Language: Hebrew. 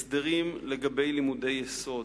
הסדרים לגבי לימודי יסוד,